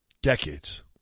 Decades